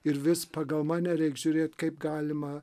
ir vis pagal mane reik žiūrėt kaip galima